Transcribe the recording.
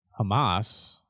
Hamas